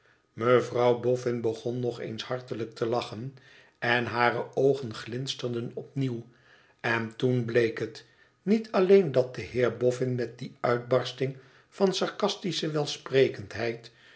mevrouw boffin bon nog eens hartelijk te lachen en hare oogen glinsterden opnieuw en toen bleek het niet alleen dat de heer boffin met die uitbarsting van sarcastische welsprekendheid